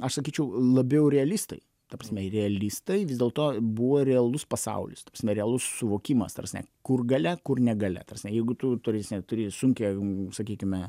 aš sakyčiau labiau realistai ta prasme realistai vis dėlto buvo realus pasaulis ta prasme realus suvokimas ta prasme kur galia kur negalia ta prasme jeigu tu ta prasme turi sunkią sakykime